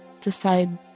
decide